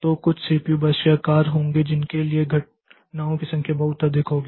तो कुछ CPU burst के आकार होंगे जिनके लिए घटनाओं की संख्या बहुत अधिक होगी